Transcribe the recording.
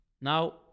Now